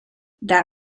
that